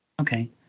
Okay